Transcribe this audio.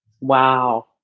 Wow